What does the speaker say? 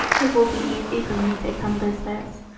it will be easy for me to compass this,